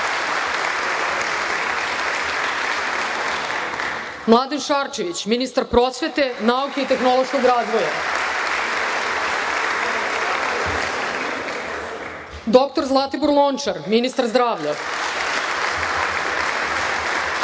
Mladen Šarčević, ministar prosvete, nauke i tehnološkog razvoja, dr Zlatibor Lončar, ministar zdravlja,